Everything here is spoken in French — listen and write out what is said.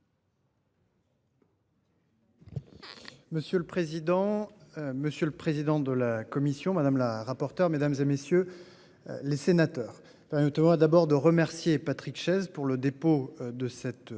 Monsieur le président, monsieur le président de la commission, madame la rapporteure, mesdames, messieurs les sénateurs, je tiens tout d'abord à remercier Patrick Chaize pour le dépôt de cette